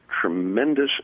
tremendous